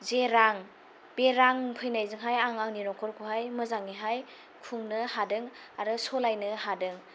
जे रां बे रां फैनायजोंहाय आं आंनि नखरखौहाय मोजांयैहाय खुंनो हादों आरो सलायनो हादों